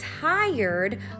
tired